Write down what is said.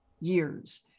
years